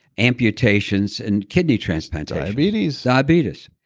amputations and kidney transplantations? diabetes diabetes.